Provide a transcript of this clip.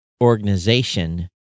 organization